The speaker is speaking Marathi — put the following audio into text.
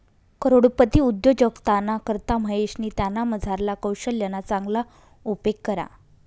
करोडपती उद्योजकताना करता महेशनी त्यानामझारला कोशल्यना चांगला उपेग करा